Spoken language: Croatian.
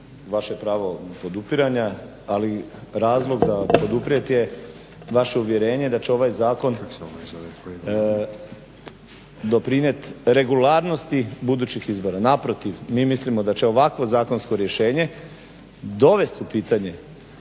Vaše pravo podupiranja ali razlog za poduprijet je vaše uvjerenje da će ovaj zakon doprinijet regularnosti budućih izbora. Naprotiv mi mislimo da će ovakvo zakonsko rješenje dovest u pitanje